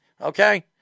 Okay